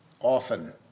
often